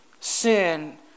sin